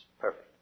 perfect